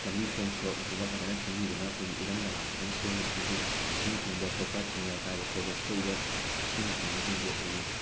ꯂꯝꯕꯤ ꯊꯣꯡ ꯁꯣꯔꯣꯛꯅꯆꯤꯡꯕ ꯐꯖꯅ ꯁꯦꯝꯕꯤꯗꯨꯅ ꯑꯩꯈꯣꯏꯒꯤ ꯏꯔꯝ ꯅꯂꯥ ꯐꯖꯅ ꯁꯦꯝꯗꯨꯅ ꯑꯩꯈꯣꯏꯒꯤ ꯏꯁꯤꯡ ꯊꯤꯡꯕ ꯈꯣꯠꯄ ꯊꯤꯡꯉꯦꯜ ꯀꯥꯏꯕ ꯈꯣꯠꯄ ꯊꯣꯛꯏꯕ ꯁꯤꯅ ꯆꯤꯡꯕꯁꯤꯡꯁꯦ ꯑꯩꯈꯣꯏꯒꯤ